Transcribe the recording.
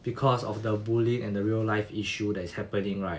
because of the bullying and the real life issue that is happening right